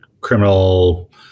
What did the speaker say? criminal